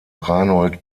reinhold